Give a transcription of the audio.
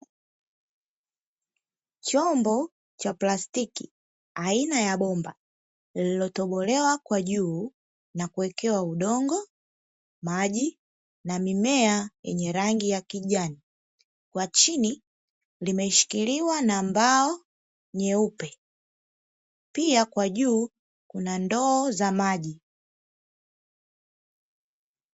Chombo cha plastiki aina ya bomba lililotobolewa kwa juu na kuwekewa udongo, maji na mimea yenye rangi ya kijani kwa chini limeshikiliwa na mbao nyeupe pia kwa juu kuna ndoo za maji.